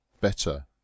better